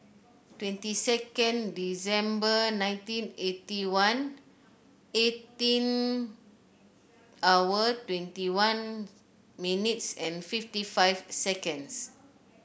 twenty second December nineteen eighty one eighteen hour twenty one minutes and fifty five seconds